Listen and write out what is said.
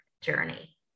journey